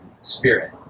Spirit